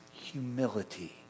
humility